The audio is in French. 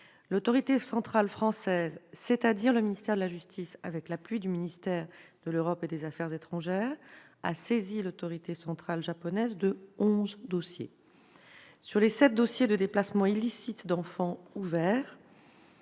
l'autorité centrale française, c'est-à-dire le ministère de la justice, avec l'appui du ministère de l'Europe et des affaires étrangères, a saisi l'autorité centrale japonaise de onze dossiers. Sur les sept dossiers ouverts de déplacements illicites d'enfants,